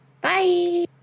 bye